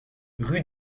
rue